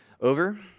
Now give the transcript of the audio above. over